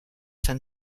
fin